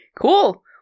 Cool